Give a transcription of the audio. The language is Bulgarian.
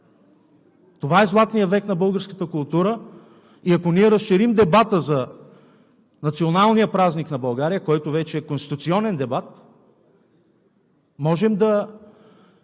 Това е Златният век на българската култура и ако ние разширим дебата за националния празник на България, който вече е конституционен дебат, можем да